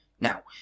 Now